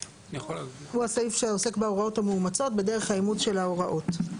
הוא הסעיף שעוסק בהוראות המאומצות ודרך האימוץ של ההוראות.